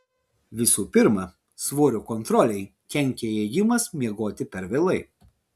visų pirma svorio kontrolei kenkia ėjimas miegoti per vėlai